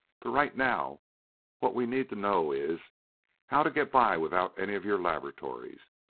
but right now what we need to know is how to get by without any of your laboratories,